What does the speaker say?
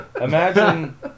Imagine